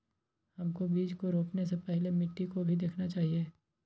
हमको बीज को रोपने से पहले मिट्टी को भी देखना चाहिए?